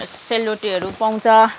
सेलरोटीहरू पाउँछ